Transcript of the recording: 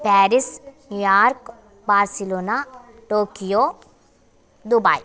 Paris New York Barcelona Tokyo Dubai